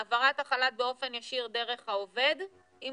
העברת החל"ת באופן ישיר דרך העובד עם